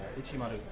ichimaru